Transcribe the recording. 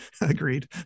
Agreed